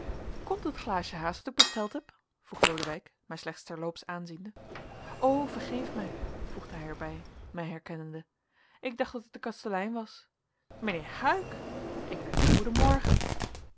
komt het glaasje haast dat ik besteld heb vroeg lodewijk mij slechts terloops aanziende o vergeef mij voegde hij er bij mij herkennende ik dacht dat het de kastelein was mijnheer huyck ik wensch u goeden morgen